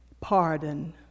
Pardon